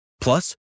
Plus